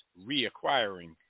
reacquiring